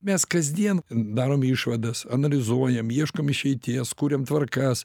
mes kasdien darom išvadas analizuojam ieškom išeities kuriam tvarkas